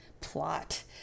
plot